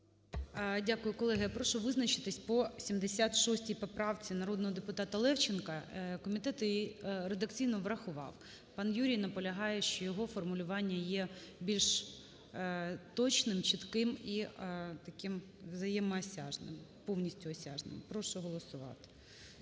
Дякую, колеги. Я прошу визначитися по 76 поправці народного депутата Левченка. Комітет її редакційно врахував. Пан Юрій наполягає, що його формулювання є більш точним, чітким і таким взаємоосяжним, повністю осяжним. Прошу голосувати